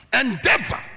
Endeavor